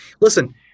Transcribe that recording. Listen